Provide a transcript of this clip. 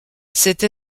cette